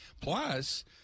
Plus